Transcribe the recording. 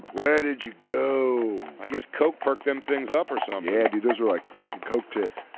where did you go? i guess coke perked them things up or something. yeah, dude, those were, like, fuckin' coke tits.